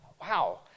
wow